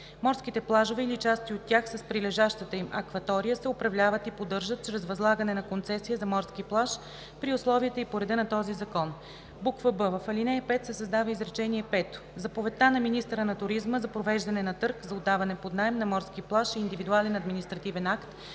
Морските плажове или части от тях с прилежащата им акватория се управляват и поддържат чрез възлагане на концесия за морски плаж при условията и по реда на този закон; б) в ал. 5 се създават изречение пето: „Заповедта на министъра на туризма за провеждане на търг за отдаване под наем на морски плаж е индивидуален административен акт